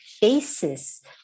basis